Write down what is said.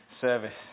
service